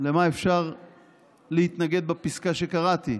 למה אפשר להתנגד בפסקה שקראתי?